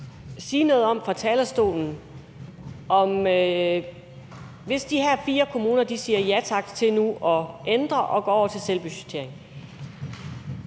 sige noget om situationen, hvis de her 4 kommuner siger ja tak til nu at ændre det i forhold til selvbudgettering,